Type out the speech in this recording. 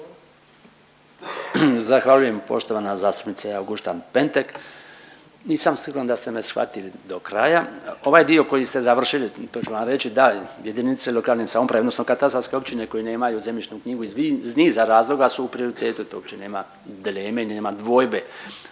Zahvaljujem poštovana zastupnice Auguštan Pentek. Nisam siguran da ste me shvatili do kraja. Ovaj dio koji ste završili to ću vam reći, da jedinice lokalne samouprave odnosno katastarske općine koje nemaju zemljišnu knjigu iz niza razloga su u prioritetu tu uopće nema dileme i nema dvojbe.